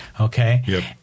Okay